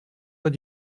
soit